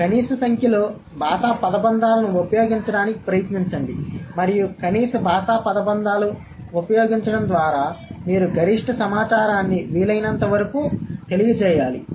కనీస సంఖ్యలో భాషా పదబంధాలను ఉపయోగించడానికి ప్రయత్నించండి మరియు కనీస భాషా పదబంధాలను ఉపయోగించడం ద్వారా మీరు గరిష్ట సమాచారాన్ని వీలైనంత వరకు తెలియజేయాలి